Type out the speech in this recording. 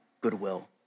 goodwill